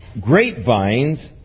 grapevines